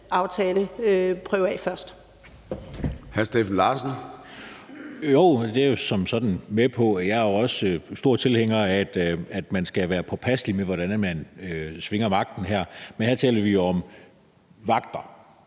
at prøve af først.